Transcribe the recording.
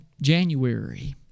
January